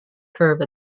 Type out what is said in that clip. curve